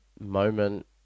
moment